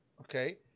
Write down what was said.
okay